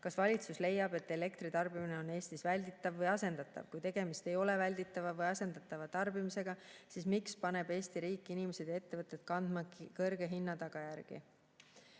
Kas valitsus leiab, et elektritarbimine on Eestis välditav või asendatav? Kui tegemist ei ole välditava või asendatava tarbimisega, siis miks paneb Eesti riik inimesed ja ettevõtted kandma kõrge hinna tagajärgi?"